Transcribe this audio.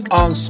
on